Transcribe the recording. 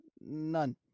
none